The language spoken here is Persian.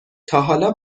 تاحالا